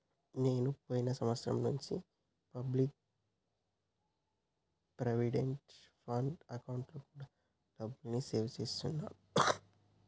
నేను పోయిన సంవత్సరం నుంచి పబ్లిక్ ప్రావిడెంట్ ఫండ్ అకౌంట్లో కూడా డబ్బుని సేవ్ చేస్తున్నా